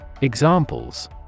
Examples